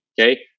Okay